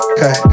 Okay